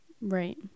Right